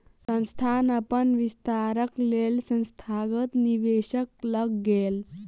संस्थान अपन विस्तारक लेल संस्थागत निवेशक लग गेल